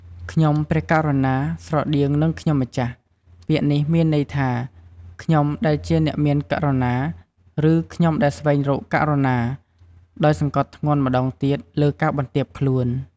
ខ្ញុំព្រះករុណា ស្រដៀងនឹងខ្ញុំម្ចាស់ ពាក្យនេះមានន័យថា "ខ្ញុំដែលជាអ្នកមានករុណា" ឬ "ខ្ញុំដែលស្វែងរកករុណា" ដោយសង្កត់ធ្ងន់ម្តងទៀតលើការបន្ទាបខ្លួន។